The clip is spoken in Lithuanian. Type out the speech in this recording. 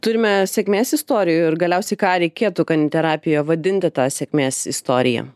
turime sėkmės istorijų ir galiausiai ką reikėtų kaniterapijoj vadinti ta sėkmės istorija